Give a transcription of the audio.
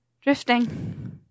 drifting